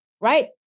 right